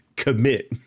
commit